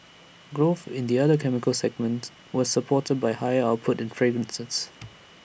growth in the other chemicals segment was supported by higher output in fragrances